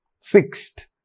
fixed